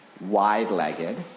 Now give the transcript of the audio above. Wide-legged